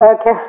okay